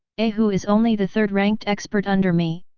a hu is only the third ranked expert under me,